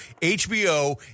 HBO